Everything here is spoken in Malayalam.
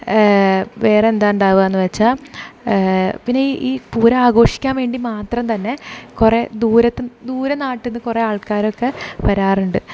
വേറെ എന്താ ഉണ്ടാകുന്നെന്നു വെച്ചാൽ പിന്നെ ഈ ഈ പൂരം ആഘോഷിക്കാൻവേണ്ടി മാത്രം തന്നെ കുറേ ദൂരത്ത് ദൂര നാട്ടിൽ നിന്ന് കുറേ ആൾക്കാരൊക്കെ വരാറുണ്ട്